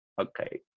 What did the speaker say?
okay